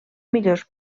millors